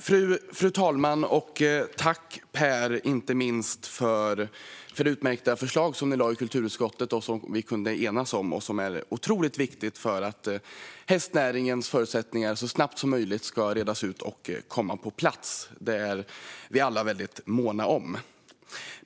Fru talman! Tack, Per Lodenius, inte minst för utmärkta förslag som ni lade i kulturutskottet och som vi kunde enas om! Det är otroligt viktigt att hästnäringens förutsättningar så snabbt som möjligt kan redas ut och komma på plats. Det är vi alla väldigt måna om.